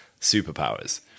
superpowers